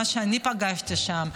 מה שאני פגשתי שם,